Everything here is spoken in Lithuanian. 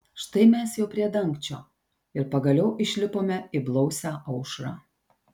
štai mes jau prie dangčio ir pagaliau išlipome į blausią aušrą